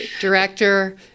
Director